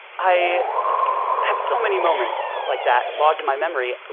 i have so many moments like that logged in my memory.